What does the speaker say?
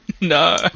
No